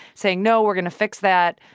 saying, no, we're going to fix that.